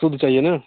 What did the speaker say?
शुद्ध चाहिए न